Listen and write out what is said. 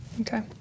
Okay